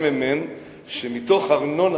שמתוך ארנונה